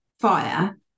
fire